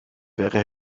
wäre